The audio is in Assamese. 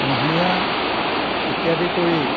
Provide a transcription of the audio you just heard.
কুঁহিয়াৰ ইত্যাদি কৰি